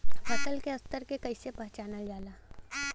फसल के स्तर के कइसी पहचानल जाला